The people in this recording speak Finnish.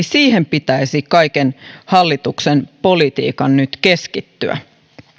siihen pitäisi kaiken hallituksen politiikan nyt keskittyä